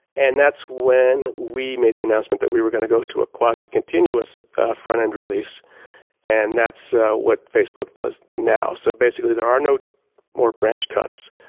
and that's when we made the announcement that we were going to go to a quasi-continuous front end release and that's so what facebook does now. so basically, there are no more branch cuts,